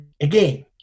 again